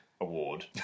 award